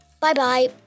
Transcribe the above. Bye-bye